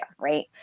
right